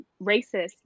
racist